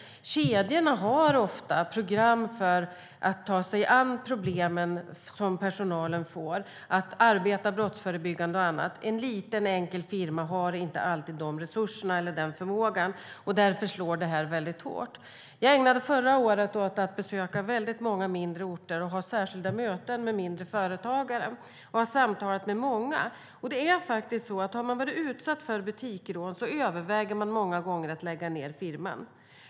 Kedjorna har ofta program för att ta sig an de problem som personalen får. Det handlar om att arbeta brottsförebyggande och annat. En liten enkel firma har inte alltid de resurserna eller den förmågan. Därför slår det här väldigt hårt. Jag ägnade förra året åt att besöka många mindre orter och att ha särskilda möten med småföretagare. Jag har samtalat med många. Har man varit utsatt för butiksrån överväger man många gånger att lägga ned firman.